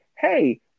Hey